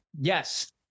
Yes